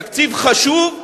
תקציב חשוב,